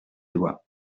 doigts